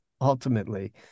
ultimately